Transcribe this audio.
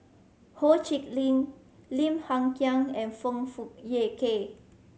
Ho Chee Lick Lim Hng Kiang and Foong Fook Kay